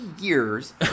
years